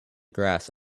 grass